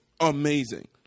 amazing